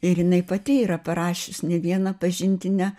ir jinai pati yra parašius ne vieną pažintinę